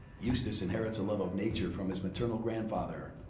eustace inherits a love of nature from his maternal grandfather,